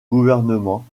gouvernement